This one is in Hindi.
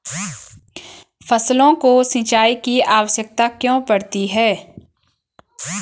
फसलों को सिंचाई की आवश्यकता क्यों पड़ती है?